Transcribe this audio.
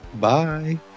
Bye